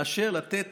מאשר לתת